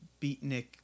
beatnik